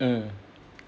mm